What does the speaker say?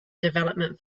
development